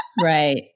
Right